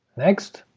next,